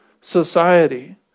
society